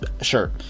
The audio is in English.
Sure